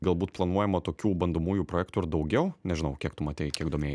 galbūt planuojama tokių bandomųjų projektų ir daugiau nežinau kiek tu matei kiek domėj